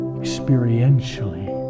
experientially